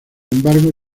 embargo